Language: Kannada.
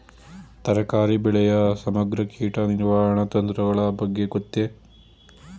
ತರಕಾರಿ ಬೆಳೆಯ ಸಮಗ್ರ ಕೀಟ ನಿರ್ವಹಣಾ ತಂತ್ರಗಳ ಬಗ್ಗೆ ಗೊತ್ತೇ?